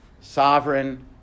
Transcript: Sovereign